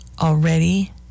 already